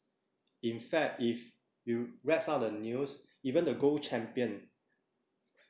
in fact if you read some of the news even the gold champion